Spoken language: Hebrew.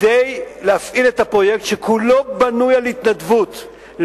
כדי להפעיל את הפרויקט שכולו בנוי על התנדבות,